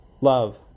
Love